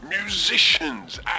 musicians